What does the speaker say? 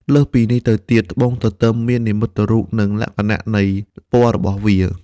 លើសពីនេះទៅទៀតត្បួងទទឹមមាននិមិត្តរូប និងលក្ខណៈនៃពណ៍របស់វា។